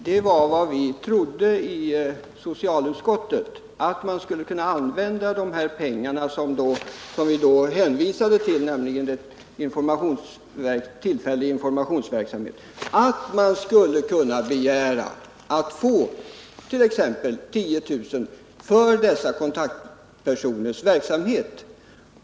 Herr talman! Vad statsrådet nu säger bekräftar vad vi trodde i socialutskottet. Vi trodde att man skulle kunna använda anslaget för tillfällig informationsverksamhet till detta. Vi trodde att man skulle kunna begära att fåt.ex. 10 000 kr. för kontaktpersonernas verksamhet.